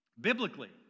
Biblically